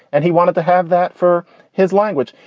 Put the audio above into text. and he wanted to have that for his language.